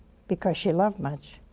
because she loved much.